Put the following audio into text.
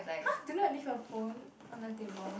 !huh! do not leave your phone on the table